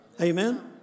Amen